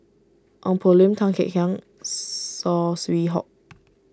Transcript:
Ong Poh Lim Tan Kek Hiang Saw Swee Hock